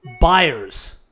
Buyers